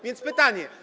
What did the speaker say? Więc pytanie: